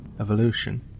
evolution